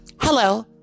Hello